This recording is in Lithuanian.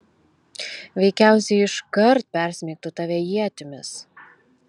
veikiausiai iškart persmeigtų tave ietimis